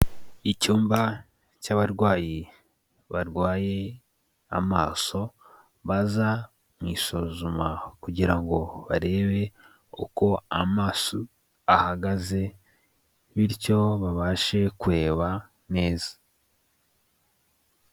Icyumba cy'abarwayi barwaye amaso baza mu isuzuma kugira ngo barebe uko amaso ahagaze bityo babashe kureba neza.